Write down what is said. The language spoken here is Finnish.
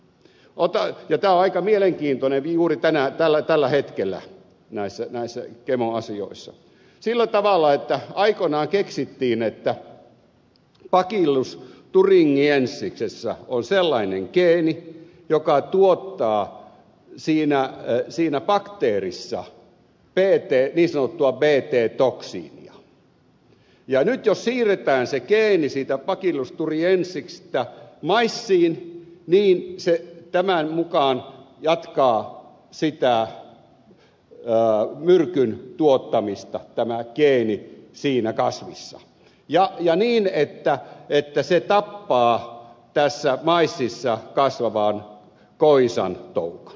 tämä on aika mielenkiintoinen juuri tällä hetkellä näissä gemoasioissa sillä tavalla että aikoinaan keksittiin että bacillus thuringiensiksessä on sellainen geeni joka tuottaa siinä bakteerissa niin sanottua bt toksiinia ja nyt jos siirretään se geeni siitä bacillus thuringiensiksestä maissiin niin se tämän mukaan jatkaa sitä myrkyn tuottamista tämä geeni siinä kasvissa niin että se tappaa tässä maississa kasvavan koisan toukan maissikoisan toukan